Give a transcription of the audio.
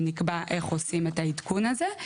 נקבע איך עושים את העדכון הזה,